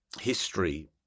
history